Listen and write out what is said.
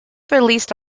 released